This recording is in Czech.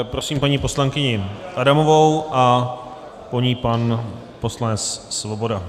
Prosím paní poslankyni Adamovou a po ní pan poslanec Svoboda.